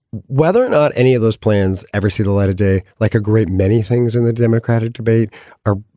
whether or not any of those plans ever see the light of day like a great many things in the democratic debate are.